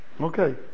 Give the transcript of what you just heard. Okay